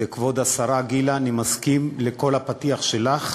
וכבוד השרה גילה, אני מסכים עם כל הפתיח שלך.